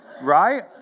Right